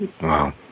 Wow